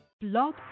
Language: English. Blog